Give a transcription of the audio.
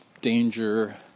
danger